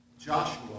Joshua